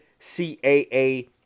CAA